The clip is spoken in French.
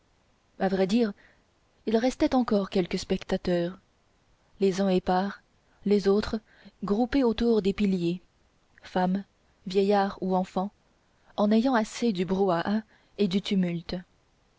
à vrai dire il restait encore quelques spectateurs les uns épars les autres groupés autour des piliers femmes vieillards ou enfants en ayant assez du brouhaha et du tumulte